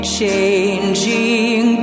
changing